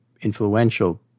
influential